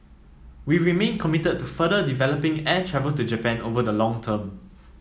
we remain committed to further developing air travel to Japan over the long term